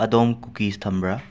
ꯑꯗꯣꯝ ꯀꯨꯀꯤꯁ ꯊꯝꯕꯔ